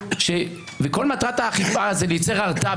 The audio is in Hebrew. וכל מטרת האכיפה זה ליצור הרתעה,